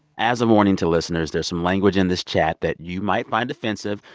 as a warning to listeners, there's some language in this chat that you might find offensive.